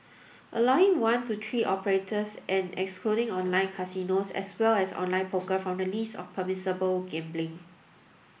allowing one to three operators and excluding online casinos as well as online poker from the list of permissible gambling